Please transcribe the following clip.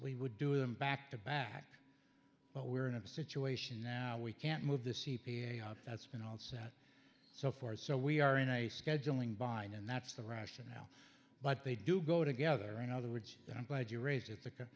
we would do him back to back but we're in a situation now we can't move the c p a out that's been all set so far so we are in a scheduling bind and that's the rationale but they do go together in other words i'm glad you raised it the